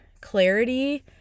clarity